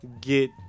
get